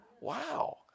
Wow